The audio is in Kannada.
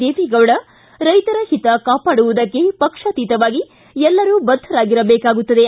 ದೇವೇಗೌಡ ರೈತರ ಹಿತ ಕಾಪಾಡುವುದಕ್ಕೆ ಪಕ್ಷಾತೀತವಾಗಿ ಎಲ್ಲರೂ ಬದ್ದರಾಗಿರಬೇಕಾಗುತ್ತದೆ